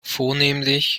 vornehmlich